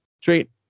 straight